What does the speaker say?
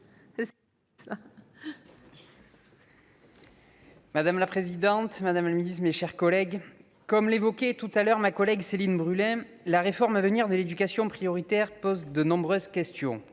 Madame la présidente, madame la secrétaire d'État, mes chers collègues, comme l'évoquait ma collègue Céline Brulin, la réforme à venir de l'éducation prioritaire pose de nombreuses questions.